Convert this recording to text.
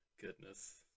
goodness